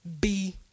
B-